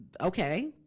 okay